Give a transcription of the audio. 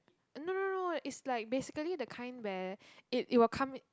no no no no no it's like basically the kind where it it will come